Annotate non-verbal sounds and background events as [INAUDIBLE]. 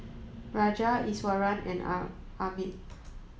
Raja Iswaran and [UNINTELLIGIBLE] Amit